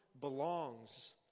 belongs